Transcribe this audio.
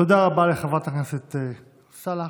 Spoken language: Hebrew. תודה רבה לחברת הכנסת סאלח.